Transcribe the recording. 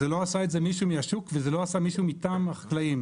זה לא עשה מישהו מהשוק וזה לא עשה מישהו מטעם החקלאים.